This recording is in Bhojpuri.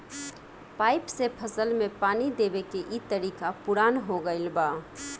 पाइप से फसल में पानी देवे के इ तरीका पुरान हो गईल बा